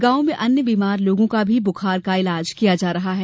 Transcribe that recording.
गाँव में अन्य बीमार लोगों का भी बुखार का इलाज किया जा रहा है